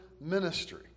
ministry